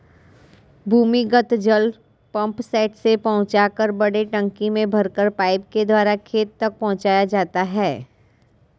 भूमिगत जल पम्पसेट से पहुँचाकर बड़े टंकी में भरकर पाइप के द्वारा खेत तक पहुँचाया जाता है